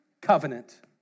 covenant